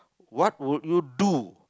what would you do